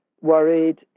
worried